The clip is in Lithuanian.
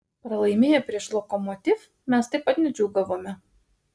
pralaimėję prieš lokomotiv mes taip pat nedžiūgavome